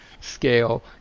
scale